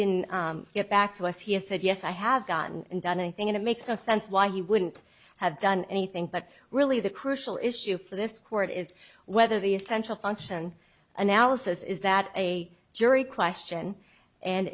didn't get back to us he has said yes i have gotten done i think it makes no sense why he wouldn't have done anything but really the crucial issue for this court is whether the essential function analysis is that a jury question and